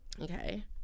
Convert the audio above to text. Okay